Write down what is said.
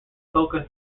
focus